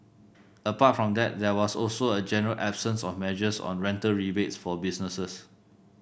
apart from that there was also a general absence of measures on rental rebates for businesses